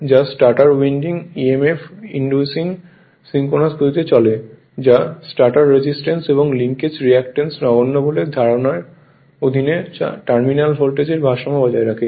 যা stator winding এ EMF inducing synchronous গতিতে চলে যা স্টেটর রেজিস্ট্যান্স এবং লিকেজ রিঅ্যাক্ট্যান্স নগণ্য বলে ধারণার অধীনে টার্মিনাল ভোল্টেজের ভারসাম্য বজায় রাখে